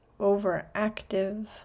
overactive